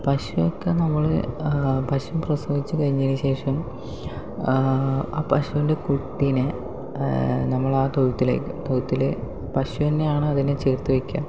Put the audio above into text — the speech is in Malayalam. പശുവൊക്കെ നമ്മള് പശു പ്രസവിച്ചു കഴിഞ്ഞതിനു ശേഷം ആ പശുവിൻ്റെ കുട്ടിനെ നമ്മൾ ആ തൊഴുത്തിലേക്ക് തൊഴുത്തില് പശുതന്നെ ആണോ അതിനെ ചേർത്തു വെക്കുക